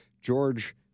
George